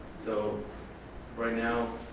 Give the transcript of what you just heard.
so right now,